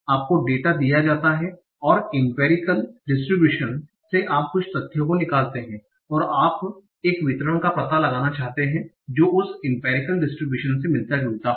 आपको डेटा दिया जाता है और इंपेरिकल डीस्ट्रीब्यूशन से आप कुछ तथ्यों को निकालते हैं और अब आप एक वितरण का पता लगाना चाहते हैं जो उस इंपेरिकल डीस्ट्रीब्यूशन से मिलता जुलता हो